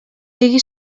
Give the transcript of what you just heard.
sigui